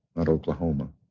not oklahoma.